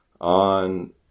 on